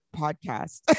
podcast